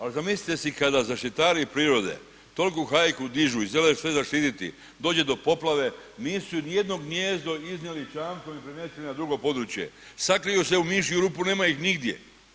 Ali zamislite si kada zaštitari prirode toliku hajku dižu i žele sve zaštiti dođe do poplave, nisu ni jedno gnijezdo iznijeli čamcem i premjestili na drugo područje, sakriju se u mišju rupu, nema ih nigdje.